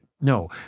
No